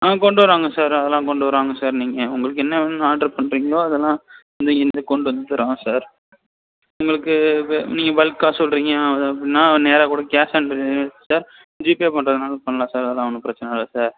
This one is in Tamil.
ஆ கொண்டு வருவாங்கள் சார் அதெல்லாம் கொண்டு வருவாங்கள் சார் நீங்கள் உங்களுக்கு என்ன வேணும்னு ஆர்டர் பண்ணுறீங்களோ அதெல்லாம் கொண்டு வந்துடுவாங்க சார் உங்களுக்கு நீங்கள் பல்க்காக சொல்கிறீங்க அது அப்படின்னா நேராக் கூட கேஸ் ஆன் டெலிவரியும் இருக்குது சார் ஜிபே பண்ணுறதனாலும் பண்ணலாம் சார் அதெலாம் ஒன்னும் பிரச்சனை இல்லை சார்